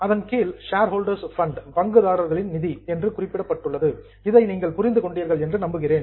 அதன் கீழ் shareholders fund பங்குதாரர்கள் நிதி என்று குறிப்பிடப்பட்டுள்ளது இதை நீங்கள் புரிந்து கொண்டீர்கள் என்று நம்புகிறேன்